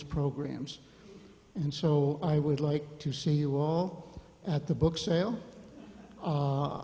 its programs and so i would like to see you all at the book sale